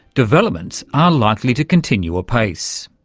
developments are likely to continue apace.